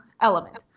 element